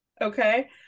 Okay